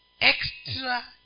extra